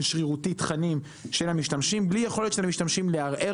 שרירותי תכנים של המשתמשים בלי יכולת של המשתמשים לערער